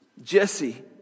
Jesse